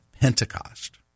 Pentecost